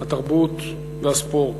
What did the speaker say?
התרבות והספורט.